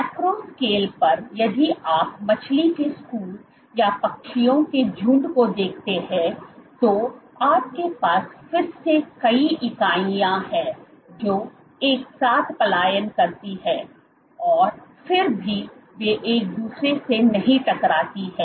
macro scale पर यदि आप मछली के स्कूल या पक्षियों के झुंड को देखते हैं तो आपके पास फिर से कई इकाइयाँ हैं जो एक साथ पलायन करती हैं और फिर भी वे एक दूसरे से नहीं टकराती हैं